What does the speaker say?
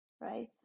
right